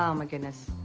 um goodness.